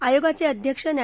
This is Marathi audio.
आयोगाचे अध्यक्ष न्या